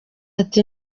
ati